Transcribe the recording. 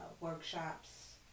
workshops